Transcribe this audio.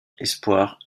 espoirs